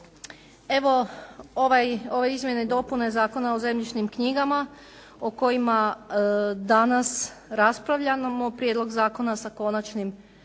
Evo ove izmjene i dopune Zakona o zemljišnim knjigama o kojima danas raspravljamo prijedlog zakona sa konačnim